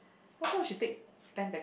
what for she take ten packet